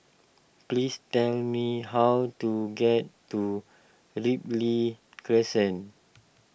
please tell me how to get to Ripley Crescent